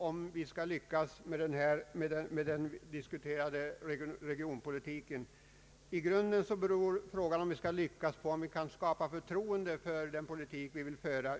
Om vi skall lyckas med den diskuterade regionalpolitiken beror i grunden på hur vi skall kunna skapa förtroende ute i områdena för den politik vi vill föra.